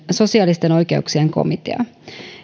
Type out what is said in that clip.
sosiaalisten oikeuksien komitea